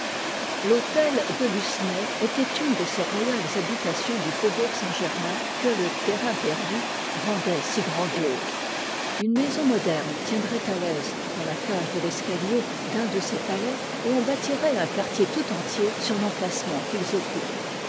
l'hôtel de lucenay était une de ces royales habitations du faubourg saint-germain que le terrain perdu rendait si grandioses une maison moderne tiendrait à l'aise dans la cage de l'escalier d'un de ces palais et on bâtirait un quartier tout entier sur l'emplacement qu'ils occupent